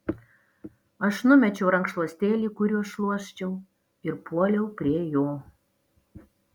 aš numečiau rankšluostėlį kuriuo šluosčiau ir puoliau prie jo